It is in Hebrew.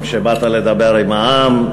שבאת לדבר עם העם,